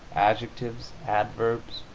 adjectives, adverbs,